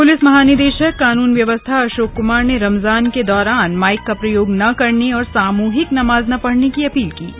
police महानिदे शक कानून व्यवस्था अ शोक कुमार ने रमजान के दौरान माईक का प्रयोग न करने और सामूहिक नमाज न पढ़ने की अपील की है